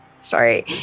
Sorry